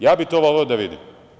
Ja bih to voleo da vidim.